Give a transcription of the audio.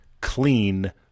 clean